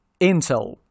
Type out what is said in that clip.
Intel